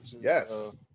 Yes